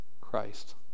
Christ